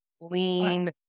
lean